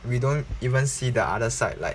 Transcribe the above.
we don't even see the other side like